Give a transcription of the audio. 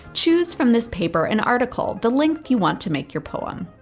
choose from this paper an article, the length you want to make your poem.